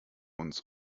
uns